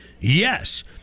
yes